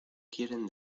quieren